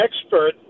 expert